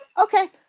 Okay